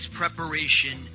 preparation